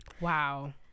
Wow